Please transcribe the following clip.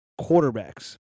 quarterbacks